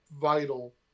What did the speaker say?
vital